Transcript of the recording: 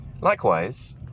likewise